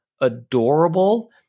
adorable